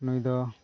ᱱᱩᱭ ᱫᱚ